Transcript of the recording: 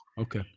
Okay